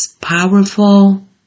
powerful